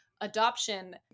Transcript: adoption